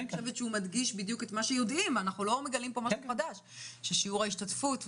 אני חושבת שזה מדגיש את מה שכולנו יודעים: שיש לנו